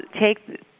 take